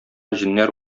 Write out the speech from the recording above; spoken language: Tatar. җеннәр